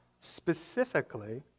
Specifically